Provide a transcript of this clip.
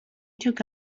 took